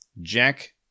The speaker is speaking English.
Jack